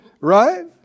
right